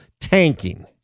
tanking